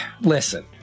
listen